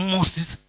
Moses